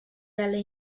dalle